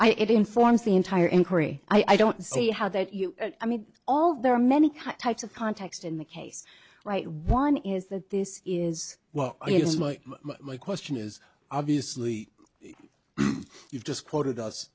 i it informs the entire inquiry i don't see how that you i mean all there are many types of context in the case right one is that this is what i use my my question is obviously you've just quoted us